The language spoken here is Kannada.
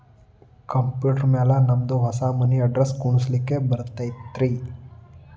ಕಂಪ್ಯೂಟರ್ ಮ್ಯಾಲೆ ನಮ್ದು ಹೊಸಾ ಮನಿ ಅಡ್ರೆಸ್ ಕುಡ್ಸ್ಲಿಕ್ಕೆ ಬರತೈತ್ರಿ?